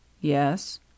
Yes